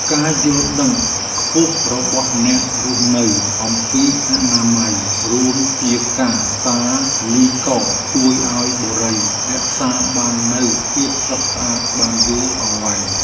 ការយល់ដឹងខ្ពស់របស់អ្នករស់នៅអំពីអនាម័យរួមជាកាតាលីករជួយឱ្យបុរីរក្សាបាននូវភាពស្រស់ស្អាតបានយូរអង្វែង។